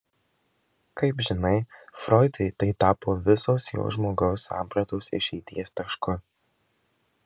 kaip žinai froidui tai tapo visos jo žmogaus sampratos išeities tašku